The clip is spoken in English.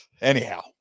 Anyhow